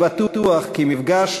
אני בטוח כי המפגש